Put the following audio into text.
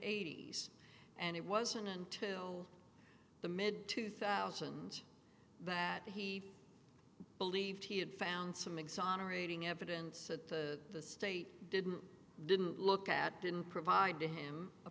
eighty's and it wasn't until the mid two thousand that he believed he had found some exonerating evidence that the state didn't didn't look at didn't provide to him a